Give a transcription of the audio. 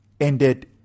Ended